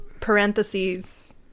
parentheses